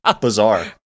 Bizarre